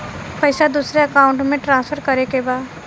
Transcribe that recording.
पैसा दूसरे अकाउंट में ट्रांसफर करें के बा?